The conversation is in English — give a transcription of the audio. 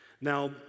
Now